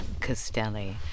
Costelli